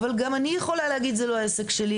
אבל גם אני יכולה להגיד זה לא עסק שלי.